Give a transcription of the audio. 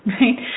right